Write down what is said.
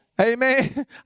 Amen